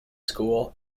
school